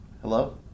hello